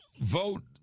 vote